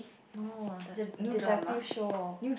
no the the detective show